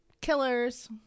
killers